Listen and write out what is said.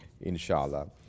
inshallah